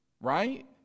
right